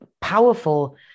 powerful